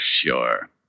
sure